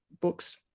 books